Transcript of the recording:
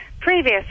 previous